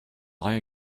lie